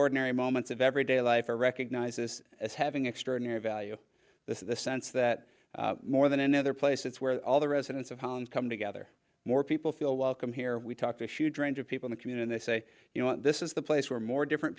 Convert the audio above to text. ordinary moments of everyday life are recognizes as having extraordinary value the sense that more than any other place it's where all the residents of holland come together more people feel welcome here we talk to people in the community they say you know this is the place where more different